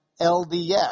LDS